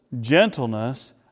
gentleness